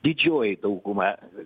didžioji dauguma